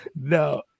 No